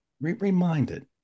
reminded